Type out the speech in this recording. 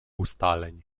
ustaleń